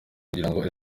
kugirango